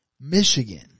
Michigan